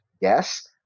Yes